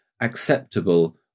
acceptable